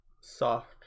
soft